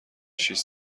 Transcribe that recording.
شیش